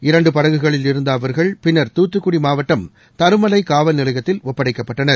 இரண்டு படகுகளில் இருந்த அவர்கள் பின்னர் துத்துக்குடி மாவட்டம் தருமலை காவல்நிலையத்தில் ஒப்படைக்கப்பட்டனர்